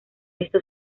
esto